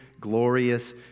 glorious